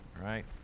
right